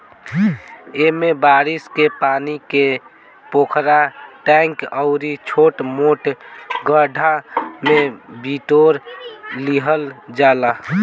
एमे बारिश के पानी के पोखरा, टैंक अउरी छोट मोट गढ्ढा में बिटोर लिहल जाला